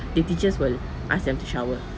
the teachers will ask them to shower